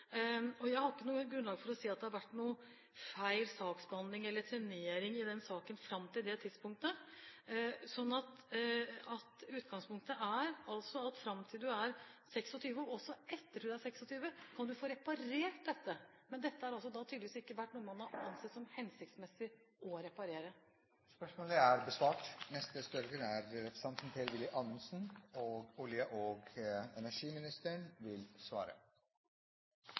grunnlag for å si at det har vært feil saksbehandling eller trenering i denne saken fram til det tidspunktet. Så utgangspunktet er at fram til du er 26 år, og også etter at du er 26 år, kan du få reparert dette. Men dette er tydeligvis ikke noe man har ansett som hensiktsmessig å reparere. Mitt spørsmål går til olje- og energiministeren: «Klima- og